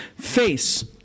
face